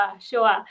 sure